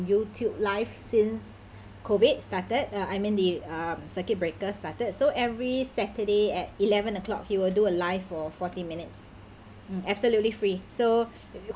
youtube live since COVID started uh I mean the um circuit breaker started so every saturday at eleven o'clock he will do a live for forty minutes mm absolutely free so